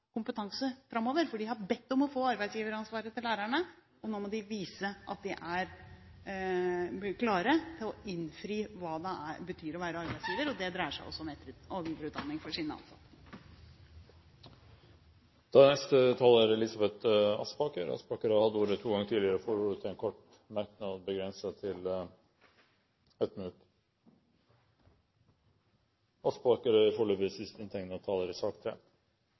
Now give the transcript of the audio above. ser at de har et arbeidsgiveransvar for at lærerne framover skal ha kompetanse, for de har bedt om å få arbeidsgiveransvaret for lærerne. Nå må de vise at de er klare til å innfri når det gjelder å være arbeidsgiver. Det dreier seg altså om etter- og videreutdanning for deres ansatte. Representanten Elisabeth Aspaker har hatt ordet to ganger tidligere og får ordet til en kort merknad, begrenset til 1 minutt. Jeg har i